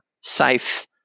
safe